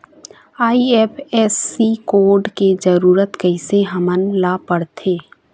IFSC code के जरूरत कैसे हमन ला पड़थे?